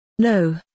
No